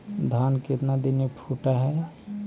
धान केतना दिन में फुट है?